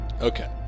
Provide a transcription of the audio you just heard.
okay